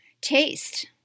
taste